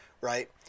right